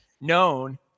known